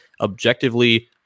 objectively